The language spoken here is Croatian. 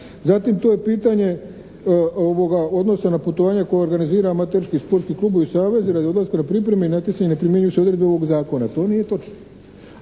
Zatim tu je pitanje odnosa na putovanja koja organizira amaterski sportski klubovi i savezi radi odlaska na pripreme i natjecanja ne primjenjuju se odredbe ovog zakona. To nije točno.